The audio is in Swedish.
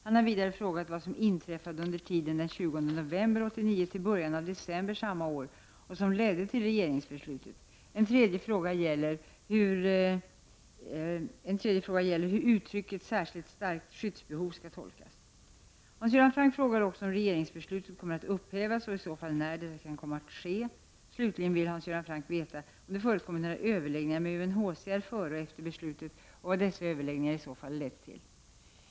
Han har vidare frågat vad som inträffade under tiden den 20 november 1989 till början av december samma år och som ledde till regeringsbeslutet. En tredje fråga gäller hur uttrycket särskilt starkt skyddsbehov skall tolkas. Hans Göran Franck frågar också om regeringsbeslutet kommer att upphävas och i så fall när detta kan komma att ske. Slutligen vill Hans Göran Franck veta om det förekommit några överläggningar med UNHCR före och efter beslutet och vad dessa överläggningar i så fall lett till.